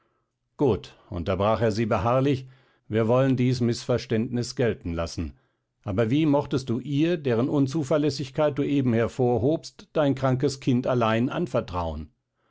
gut unterbrach er sie beharrlich wir wollen dies mißverständnis gelten lassen aber wie mochtest du ihr deren unzuverlässigkeit du eben hervorhobst dein krankes kind allein anvertrauen